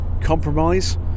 compromise